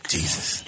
Jesus